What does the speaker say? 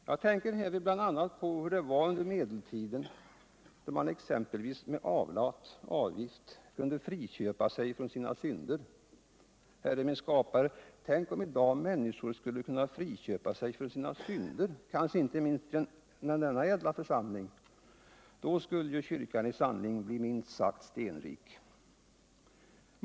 Jag tänker härvid bl.a. på hur det var under medeltiden då man exempelvis med avlat — avgift — kunde friköpa sig från sina synder. Herre min Skapare! Tänk om i dag människor skulle kunna friköpa sig från sina synder — kanske inte minst i denna ädla församling — då skulle ju kyrkan i sanning bli minst sagt stenrik.